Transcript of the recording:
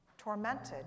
tormented